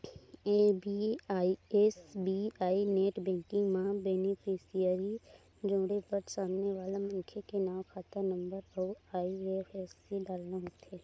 SBI net banking म beneficiary जोड़े बर सामने वाला मनखे के नांव, खाता नंबर अउ आई.एफ.एस.सी डालना होथे